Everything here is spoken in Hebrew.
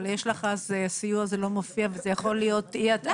אבל הסיוע לא מופיע, אז יכולה להיות אי התאמה.